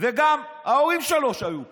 וגם ההורים שלו, שהיו פה.